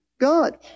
God